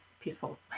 peaceful